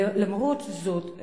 למרות זאת,